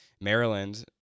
maryland